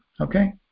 okay